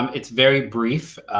um it's very brief,